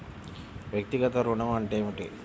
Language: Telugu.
వ్యక్తిగత ఋణం అంటే ఏమిటి?